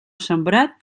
sembrat